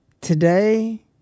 today